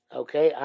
okay